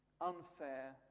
unfair